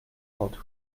old